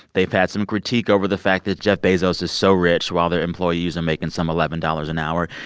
they've had some critique over the fact that jeff bezos is so rich while their employees are making some eleven dollars an hour.